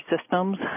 systems